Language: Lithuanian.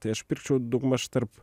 tai aš pirkčiau daugmaž tarp